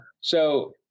so-